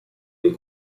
dei